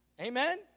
Amen